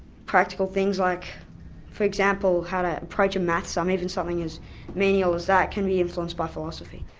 practical things like for example how to approach a maths sum even something as menial as that can be influenced by philosophy.